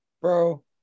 Bro